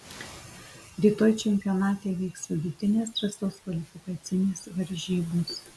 rytoj čempionate vyks vidutinės trasos kvalifikacinės varžybos